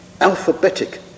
alphabetic